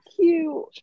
cute